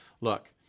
Look